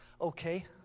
okay